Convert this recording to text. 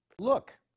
Look